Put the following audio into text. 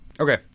Okay